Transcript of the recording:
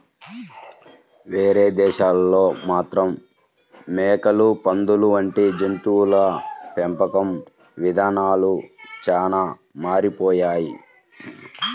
వేరే దేశాల్లో మాత్రం మేకలు, పందులు వంటి జంతువుల పెంపకం ఇదానాలు చానా మారిపోయాయి